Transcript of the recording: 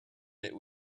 that